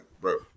bro